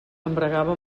embragava